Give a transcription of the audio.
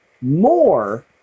more